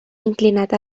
inclinat